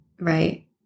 Right